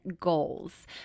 goals